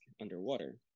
underwater